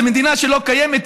איזו מדינה שלא קיימת,